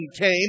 came